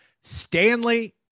Stanley